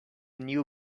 new